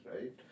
right